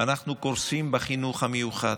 אנחנו קורסים בחינוך המיוחד.